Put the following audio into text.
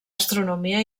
astronomia